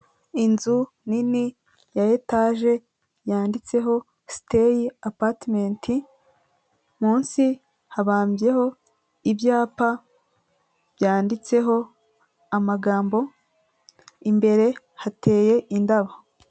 Inzu nini ya etaje yanditseho stay apartment, munsi habambyeho ibyapa byanditseho amagambo imbere hateye indabo.